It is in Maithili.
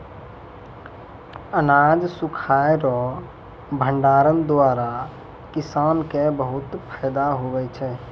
अनाज सुखाय रो भंडारण द्वारा किसान के बहुत फैदा हुवै छै